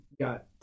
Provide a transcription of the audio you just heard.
got